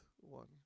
one